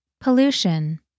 Pollution